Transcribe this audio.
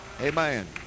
Amen